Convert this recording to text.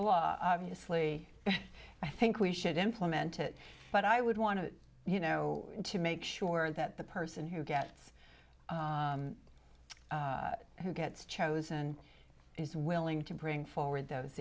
law obviously i think we should implement it but i would want to you know to make sure that the person who gets who gets chosen is willing to bring forward those